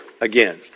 again